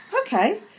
okay